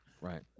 Right